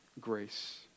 grace